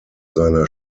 seiner